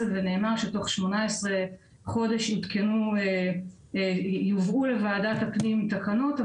ונאמר שתוך 18 חודש יובאו לוועדת הפנים תקנות.